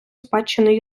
спадщини